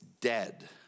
dead